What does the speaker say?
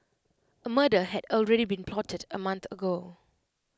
A murder had already been plotted A month ago